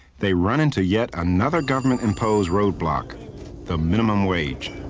they run into yet another government imposed road black the minimum wage.